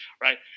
right